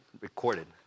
Recorded